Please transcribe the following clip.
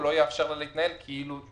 הוא לא יאפשר לה להתנהל כאילו אושר